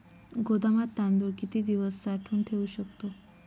गोदामात तांदूळ किती दिवस साठवून ठेवू शकतो?